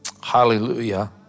Hallelujah